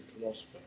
philosopher